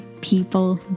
people